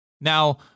Now